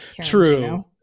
true